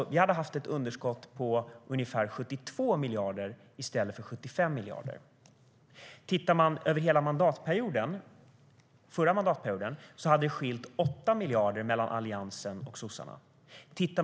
Vi hade alltså haft ett underskott på ungefär 72 miljarder i stället för 75 miljarder. Över hela förra mandatperioden hade det skilt 8 miljarder mellan Alliansen och sossarna.